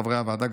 חברי הוועדה,